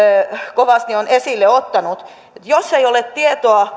kovasti on esille ottanut jos asiakkaalla ei ole tietoa